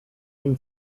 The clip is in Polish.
nim